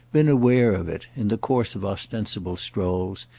been aware of it, in the course of ostensible strolls,